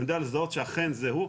אני יודע לזהות שאכן זה הוא.